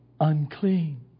Unclean